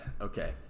Okay